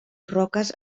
roques